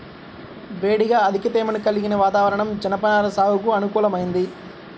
వేడిగా అధిక తేమను కలిగిన వాతావరణం జనపనార సాగుకు అనుకూలమైంది